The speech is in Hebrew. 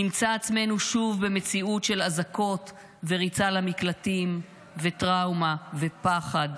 נמצא עצמנו שוב במציאות של אזעקות וריצה למקלטים וטראומה ופחד.